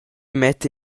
metta